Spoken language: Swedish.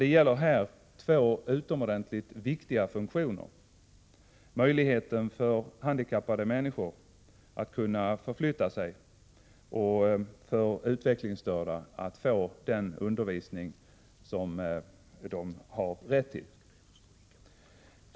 Det gäller här två utomordentligt viktiga funktioner: möjligheten för handikappade människor att förflytta sig och möjligheten för utvecklingsstörda att få den undervisning som de har rätt till.